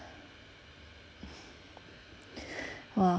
!wah!